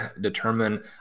determine